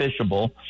fishable